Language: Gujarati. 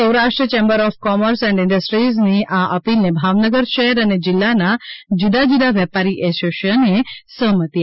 Saurashtra chamber of commerce and ઇન્ડસ્ટ્રીની આ અપીલને ભાવનગર શહેર અને જિલ્લાના જુદા જુદા વેપારી એસોસિયેશનોએ સહમતી આપી છે